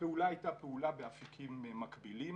הפעולה הייתה פעולה באפיקים מקבילים